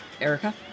Erica